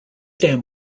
dam